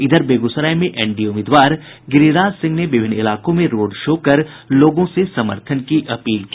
इधर बेगूसराय में एनडीए उम्मीदवार गिरिराज सिंह ने विभिन्न इलाकों में रोड शो कर लोगों से समर्थन की अपील की